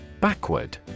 Backward